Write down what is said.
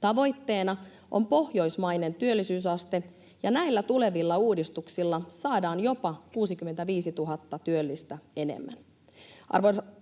Tavoitteena on pohjoismainen työllisyysaste, ja näillä tulevilla uudistuksilla saadaan jopa 65 000 työllistä enemmän.